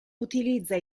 utilizza